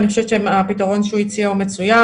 אני חושבת שהפתרון שהוא הציע הוא מצוין,